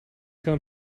come